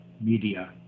media